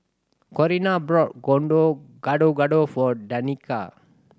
Corrina bought Gado Gado for Danika